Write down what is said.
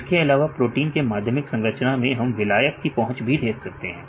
इसके अलावा प्रोटीन के माध्यमिक संरचना में हम विलायक का पहुंच भी देख सकते हैं